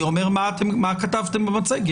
אני אומר מה שכתבתם במצגת.